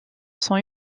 sont